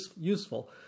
useful